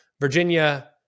Virginia